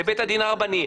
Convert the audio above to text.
לנתיב, לבית הדין הרבני?